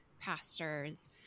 pastors